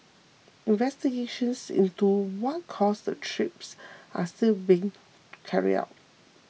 investigations into what caused the trips are still being carry out